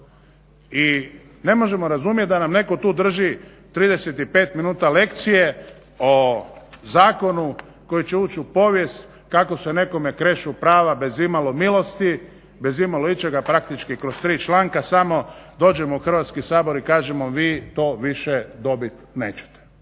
I ne možemo razumjet da nam netko tu drži 35 minuta lekcije o zakonu koji će uć u povijest kako se nekome krešu prava bez imalo milosti, bez imalo ičega, praktički kroz tri članka. Samo dođemo u Hrvatski sabor i kažemo vi to više dobit nećete.